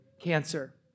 cancer